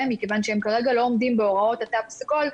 מכיוון שהם כרגע לא עומדים בהוראות התו הסגול,